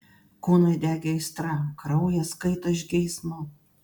kūnai degė aistra kraujas kaito iš geismo